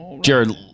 Jared